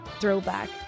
throwback